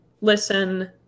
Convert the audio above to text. listen